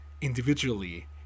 individually